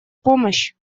помощь